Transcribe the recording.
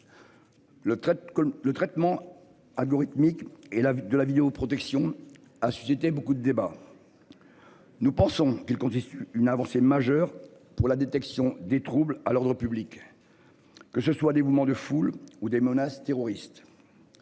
le traitement algorithmique et la de la vidéoprotection. A suscité beaucoup de débats. Nous pensons qu'elle constitue une avancée majeure pour la détection des troubles à l'ordre public. Que ce soit des mouvements de foule ou des menaces terroristes.